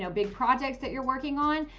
so big projects that you're working on,